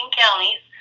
counties